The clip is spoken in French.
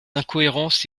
incohérences